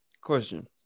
question